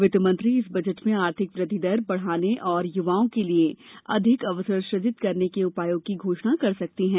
वित्तमंत्री इस बजट में आर्थिक वृद्धि दर बढ़ाने और युवाओं के लिए अधिक अवसर सुजित करने के उपायों की घोषणा कर सकती हैं